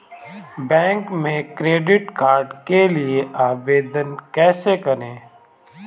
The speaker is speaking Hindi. बैंक में क्रेडिट कार्ड के लिए आवेदन कैसे करें?